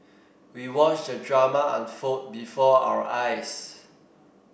we watched the drama unfold before our eyes